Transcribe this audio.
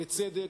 ובצדק,